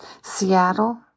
Seattle